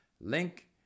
link